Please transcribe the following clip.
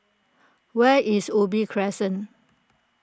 where is Ubi Crescent